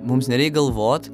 mums nereik galvot